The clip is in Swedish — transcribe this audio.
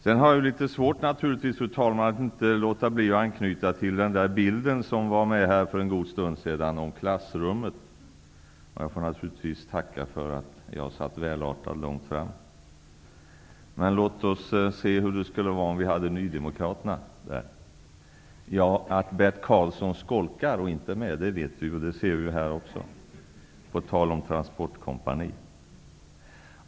Sedan har jag litet svårt att låta bli att anknyta till den bild som målades upp här för en god stund sedan om klassrummet. Jag får naturligtvis tacka för att jag satt välartad långt fram. Men låt oss se hur det skulle se ut om vi hade Ja, att Bert Karlsson skolkar och inte är med vet vi ju, och det ser vi ju här också, på tal om transportkompani.